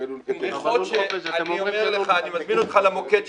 לול חופש --- אני מזמין אותך למוקד שלי,